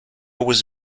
was